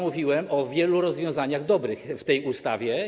Mówiłem o wielu rozwiązaniach dobrych w tej ustawie.